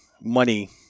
money